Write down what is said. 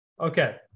Okay